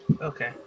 Okay